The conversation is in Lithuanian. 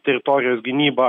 teritorijos gynybą